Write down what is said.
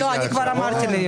הצבעה מס' 5 בעד ההסתייגות 4 נגד,